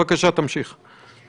בפרקטיקה זה שר הביטחון.